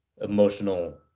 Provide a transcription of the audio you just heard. emotional